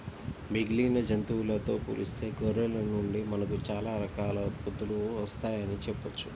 మిగిలిన జంతువులతో పోలిస్తే గొర్రెల నుండి మనకు చాలా రకాల ఉత్పత్తులు వత్తయ్యని చెప్పొచ్చు